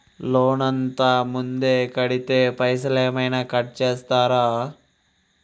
Loan అత్తే ముందే కడితే పైసలు ఏమైనా కట్ చేస్తరా?